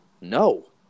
No